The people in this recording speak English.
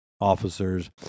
officers